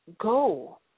Go